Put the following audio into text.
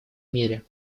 мере